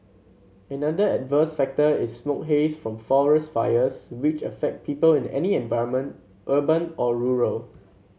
another adverse factor is smoke haze from forest fires which affect people in any environment urban or rural